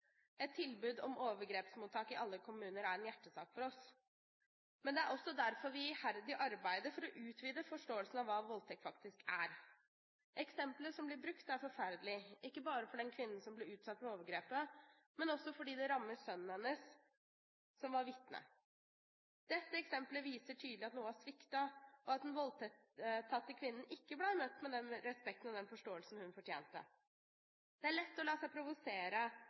overgrepsmottak i alle kommuner er en hjertesak for oss. Men det er også derfor vi iherdig arbeider for å utvide forståelsen av hva voldtekt faktisk er. Eksempelet som blir brukt her, er forferdelig, ikke bare for den kvinnen som ble utsatt for overgrepet, men også fordi det rammet sønnen hennes, som var vitne. Dette eksempelet viser tydelig at noe har sviktet, og at den voldtatte kvinnen ikke ble møtt med den respekten og den forståelsen hun fortjente. Det er lett å la seg provosere